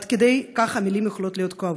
עד כדי כך המילים יכולות להיות כואבות.